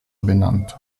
benannt